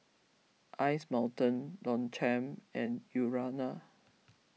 Ice Mountain Longchamp and Urana